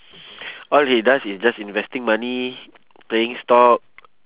all he does is just investing money playing stock